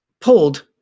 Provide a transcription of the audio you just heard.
pulled